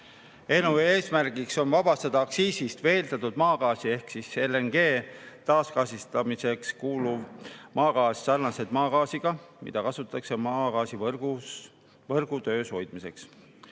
Eelnõu eesmärgiks on vabastada aktsiisist veeldatud maagaasi ehk LNG taasgaasistamiseks kuluv maagaas sarnaselt maagaasiga, mida kasutatakse maagaasivõrgu töös hoidmiseks.